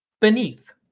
beneath